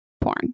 porn